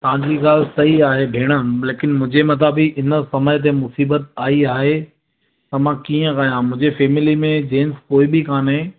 तव्हांजी ॻाल्हि सही आहे भेणु लेकिन मुंहिंजे मथां बि हिन समय ते मुसीबत आई आहे त कीअं कया मुंहिंजी फेमेली में जेन्ट्स कोई बि कोन्हे